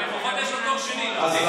לפחות יש לו תואר שני, דודי.